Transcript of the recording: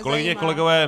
Kolegyně, kolegové!